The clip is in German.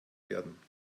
werden